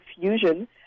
Fusion